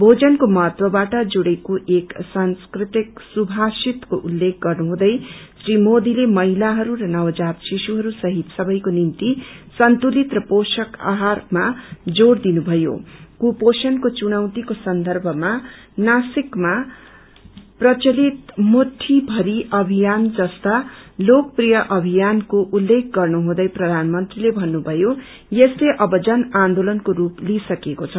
भोजनको महत्वबाट जुड़ेको एक संस्कृत सुभाषितको उल्लेख गर्नुहुँदै श्री मोदीले महिलाहरू र नवजात शिशुहरू सहित सवैको निम्ति सन्तुलित र पोषक हआहरमा जोड़ दिनुभयों कुपोषएको चुनौतिको सन्दर्भमा नासिकमा प्रचलित मुटठी भरी अभियान जस्ता लोकप्रिय अभ्नियानको उल्लेख्या गर्नुहुँदै प्रधानमत्रीले भन्नुभयो यसले अब जन आन्दोलनको रूप लिईसकेको छ